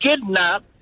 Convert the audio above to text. kidnap